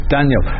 Daniel